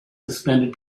suspended